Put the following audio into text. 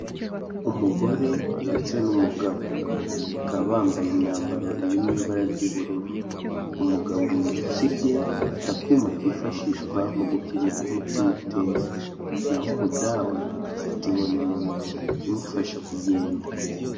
Umugore ndetse n'umugabo, bakaba bambaye imyambaro iri mu ibara ry'ubururu. Umugabo mu ijosi rye afite akuma kifashishwa mu gupima k'umutima utera, naho umudamu afite inkoni mu ntoki imufasha kugenda.